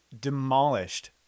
demolished